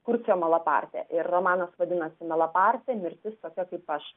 kurcio malapartė ir romanas vadinosi malapartė mirtis tokia kaip aš